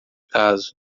caso